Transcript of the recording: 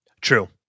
True